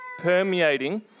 permeating